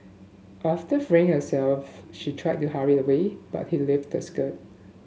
after freeing herself she tried to hurry away but he lifted her skirt